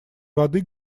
воды